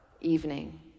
evening